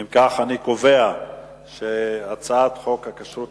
אם כך, אני קובע שהצעת חוק הכשרות